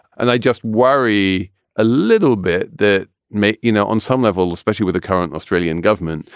and i just worry a little bit that may, you know, on some level, especially with the current australian government,